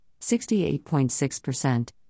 68.6%